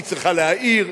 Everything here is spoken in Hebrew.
היא צריכה להעיר,